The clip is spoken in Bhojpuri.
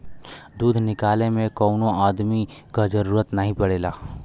दूध निकाले में कौनो अदमी क जरूरत नाही पड़ेला